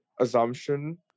assumption